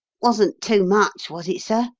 wasn't too much, was it, sir?